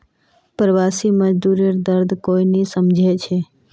प्रवासी मजदूरेर दर्द कोई नी समझे छे